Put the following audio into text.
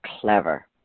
clever